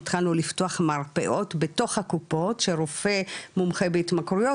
התחלנו לפתוח מרפאות בתוך הקופות שרופא מומחה בהתמכרויות,